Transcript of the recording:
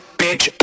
bitch